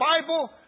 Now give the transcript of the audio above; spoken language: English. Bible